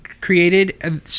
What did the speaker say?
created